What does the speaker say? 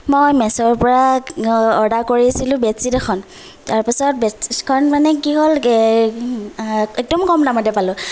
মই মেছোৰ পৰা অৰ্ডাৰ কৰিছিলোঁ বেডছীট এখন তাৰ পাছত বেডছীটখন মানে কি হ'ল একদম কম দামতে পালোঁ